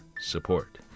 support